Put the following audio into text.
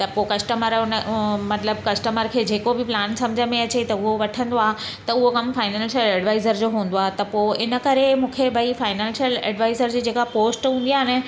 त पोइ कस्टमर उन ओ मतिलबु कस्टमर खे जेको बि प्लान सम्झि में अचे त उहो वठंदो आहे त उहो कम फाइनैंशियल एडवाइज़र जो हूंदो आहे त इन करे मूंखे भई फाइनैंशियल एडवाइज़र जी जेका पोस्ट हूंदी आहे न